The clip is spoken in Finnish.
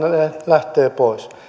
lähtee pois